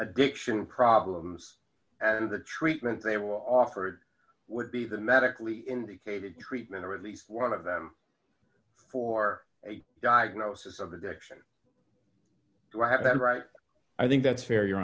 shouldn't problems and the treatment they have offered would be the medically indicated treatment or at least one of them for a diagnosis of addiction i have that right i think that's fair your